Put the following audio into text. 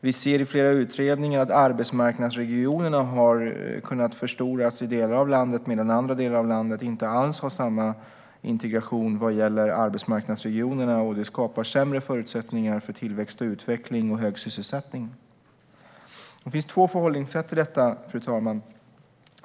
Vi ser i flera utredningar att arbetsmarknadsregionerna har kunnat förstoras i delar av landet, medan andra delar av landet inte alls har samma integration vad gäller arbetsmarknadsregionerna. Det skapar sämre förutsättningar för tillväxt och utveckling och hög sysselsättning. Fru talman! Det finns två förhållningssätt till detta.